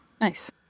Nice